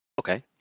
Okay